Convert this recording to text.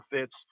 fits